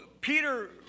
Peter